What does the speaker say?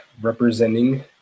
representing